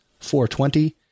420